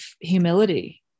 humility